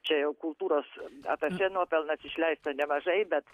čia jau kultūros atašė nuopelnas išleista nemažai bet